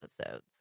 episodes